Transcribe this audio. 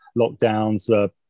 lockdowns